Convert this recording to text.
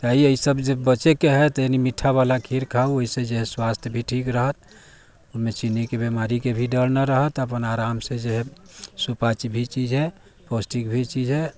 चाही ई सब से बचैके हइ तनी मीठा बाला खीर खाउ ओहि से जे हइ स्वास्थ्य भी ठीक रहत ओहिमे चीनीके बेमारीके भी डर नहि रहत अपन आराम से जे हइ सुपाच्य भी चीज हइ पौष्टिक भी चीज हइ